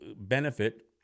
benefit